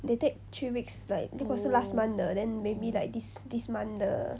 they take three weeks like because 是 last month 的 then maybe like this this month 的